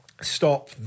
stop